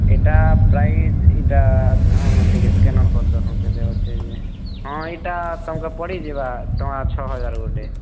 ଏଟା ପ୍ରାଇସ୍ ଏଇଟା ଟିକେ ସ୍କାନର୍ କରିବ ବୋଲେ କେତେ ଅଛେ ଯେ ହଁ ଏଇଟା ତମ୍କୁ ପଡ଼ିଯିବା ଟଙ୍କା ଛଅହଜାର୍ ଗୋଟେ